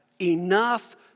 enough